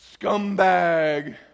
scumbag